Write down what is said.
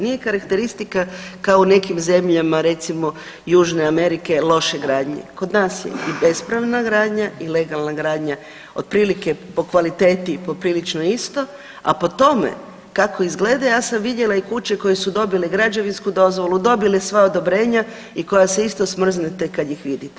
Nije karakteristika kao u nekim zemljama, recimo Južne Amerike loše gradnje, kod nas je i bespravna gradnja i legalna gradnja otprilike po kvaliteti poprilično isto, a po tome kako izgleda, ja sam vidjela i kuće koje su dobile građevinsku dozvolu, dobile sva odobrenja i koja se isto smrznete kad ih vidite.